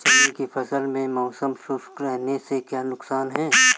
चने की फसल में मौसम शुष्क रहने से क्या नुकसान है?